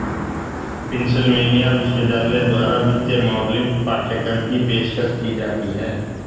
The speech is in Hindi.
पेन्सिलवेनिया विश्वविद्यालय द्वारा वित्तीय मॉडलिंग पाठ्यक्रम की पेशकश की जाती हैं